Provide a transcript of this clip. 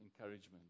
encouragement